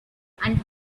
and